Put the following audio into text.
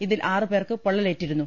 ഇതിൽ ആറുപേർക്ക് പൊള്ളലേറ്റിരുന്നു